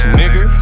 nigga